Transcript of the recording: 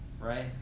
Right